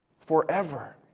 Forever